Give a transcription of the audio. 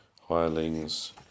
hirelings